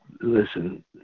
listen